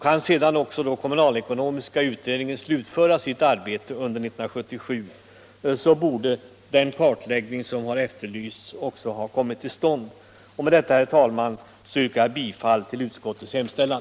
Kan sedan också kommunalekonomiska utredningen slutföra sitt arbete under 1977 borde den kartläggning som efterlysts ha kommit till stånd. : Med detta, herr talman, yrkar. jag bifall till utskottets hemställan.